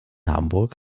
hamburg